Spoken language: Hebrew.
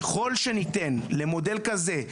ככל שניתן למודל כזה,